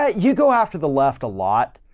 ah you go after the left a lot,